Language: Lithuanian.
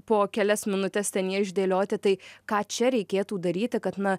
po kelias minutes ten jie išdėlioti tai ką čia reikėtų daryti kad na